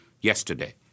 yesterday